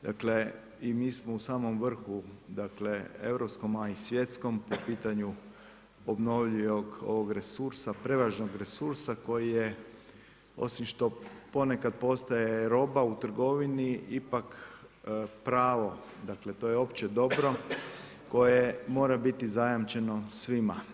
Dakle, i mi smo u samom vrhu europskom a i svjetskom po pitanju obnovljivog ovog resursa, prevažnog resursa, koji je osim što ponekad postaje roba u trgovini, ipak, pravo, dakle, to je opće dobro koje mora biti zajamčeno svima.